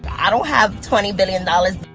i don't have twenty billion dollars,